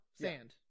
Sand